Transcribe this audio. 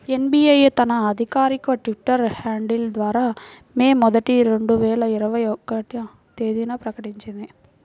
SBI తన అధికారిక Twitter handle ద్వారా మే మొదటి, రెండు వేల ఇరవై ఒక్క తేదీన ప్రకటించింది